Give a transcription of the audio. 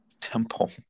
Temple